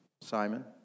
Simon